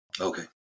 Okay